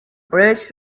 bridge